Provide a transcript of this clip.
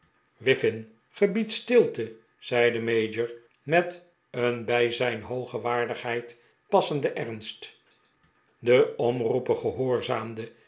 in gebied stilte zei de mayor met een bij zijn hooge waardigheid passenden ernst de cmroeper gehoorzaamde